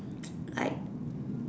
like